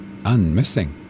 unmissing